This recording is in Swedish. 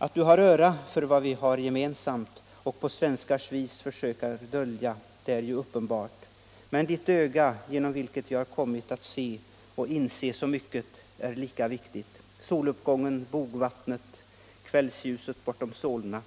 Att du har öra för vad vi har gemensamt och, på svenskars vis, försöker dölja, det är ju uppenbart. Men ditt öga, genom vilket vi har kommit att se och inse så mycket, är lika viktigt. Soluppgången, bogvattnet, kvällsljuset bortom Solna,